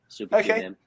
okay